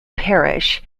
parish